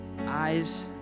eyes